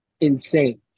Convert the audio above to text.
Insane